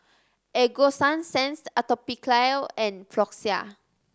Ego Sunsense Atopiclair and Floxia